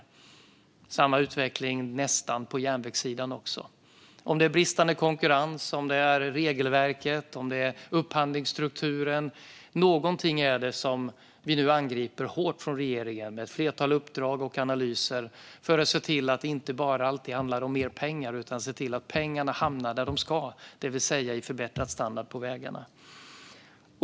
Det är nästan samma utveckling på järnvägssidan. Är det bristande konkurrens? Är det regelverket? Är det upphandlingsstrukturen? Något är det. Detta angriper vi nu hårt från regeringen med ett flertal uppdrag och analyser. Det handlar inte alltid bara om mer pengar, utan det handlar också om att se till att pengarna hamnar där de ska, det vill säga i förbättrad standard på vägarna.